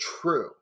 true